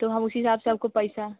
तो हम उसी हिसाब से आपको पैसा